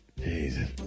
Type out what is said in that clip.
Jesus